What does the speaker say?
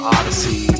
Odyssey